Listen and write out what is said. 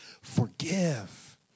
forgive